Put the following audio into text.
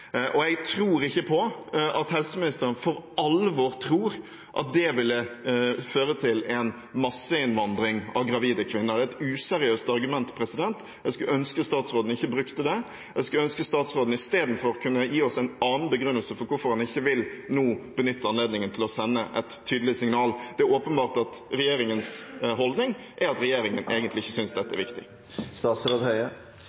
Jeg tror ikke på at helseministeren for alvor tror at det ville føre til en masseinnvandring av gravide kvinner. Det er et useriøst argument. Jeg skulle ønske at statsråden ikke brukte det, og at statsråden istedenfor kunne gi oss en annen begrunnelse for hvorfor han nå ikke vil benytte anledningen til å sende et tydelig signal. Det er åpenbart at regjeringens holdning er at regjeringen egentlig ikke synes dette er